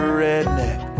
redneck